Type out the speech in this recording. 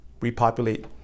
repopulate